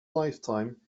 lifetime